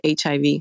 HIV